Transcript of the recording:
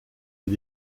est